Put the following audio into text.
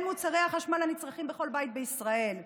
מוצרי החשמל הנצרכים בכל בית בישראל,